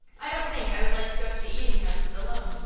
i don't think i would like to go to the eating-houses alone.